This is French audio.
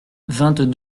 vingt